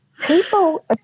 people